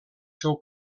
seu